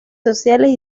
sociales